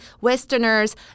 Westerners